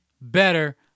better